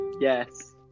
Yes